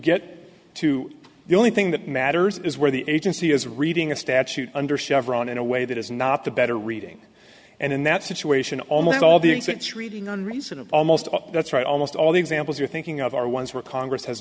get to the only thing that matters is where the agency is reading a statute under chevron in a way that is not the better reading and in that situation almost all the exits reading on reason of almost all that's right almost all the examples you're thinking of are ones where congress has